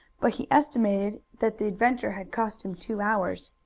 but he estimated that the adventure had cost him two hours.